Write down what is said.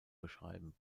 beschreiben